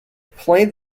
played